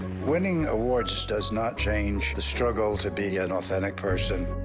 winning awards does not change the struggle to be an authentic person.